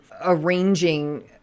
arranging